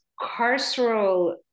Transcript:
carceral